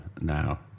now